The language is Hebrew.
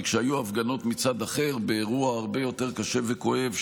כי כשהיו הפגנות מצד אחד באירוע הרבה יותר קשה וכואב,